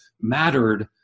mattered